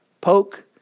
poke